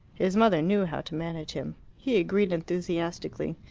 his mother knew how to manage him. he agreed enthusiastically.